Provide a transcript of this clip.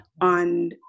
on